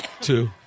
Two